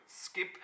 skip